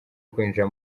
kwinjira